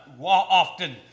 often